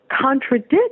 contradict